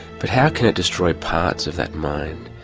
but how can it destroy parts of that mind?